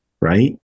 right